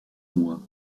mois